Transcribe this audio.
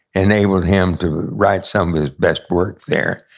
enabled him to write some of his best work there.